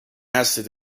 asked